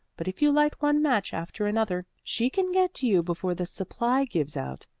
but if you light one match after another she can get to you before the supply gives out,